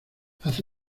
hace